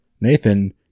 Nathan